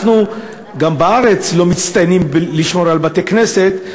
גם בארץ אנחנו לא מצטיינים בשמירה על בתי-כנסת.